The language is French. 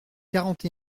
quarante